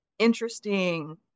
interesting